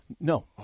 No